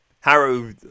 Harrow